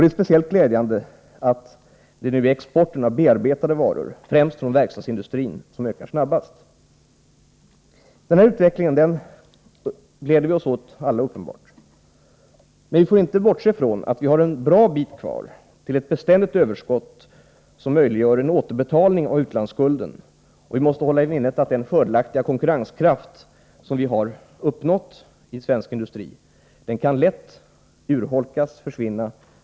Det är speciellt glädjande att det nu är exporten av bearbetade varor — främst från verkstadsindustrin — som ökar snabbast. Alla gläder vi oss uppenbart åt den här utvecklingen. Men vi får inte bortse från att vi har en bra bit kvar innan vi uppnår ett beständigt överskott, som möjliggör en återbetalning av utlandsskulderna. Vi måste hålla i minnet att den fördelaktiga konkurrenskraft som vi uppnått i svensk industri lätt kan urholkas, eller försvinna.